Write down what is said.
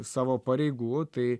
savo pareigų tai